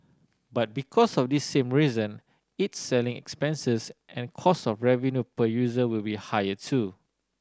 but because of this same reason its selling expenses and cost of revenue per user will be higher too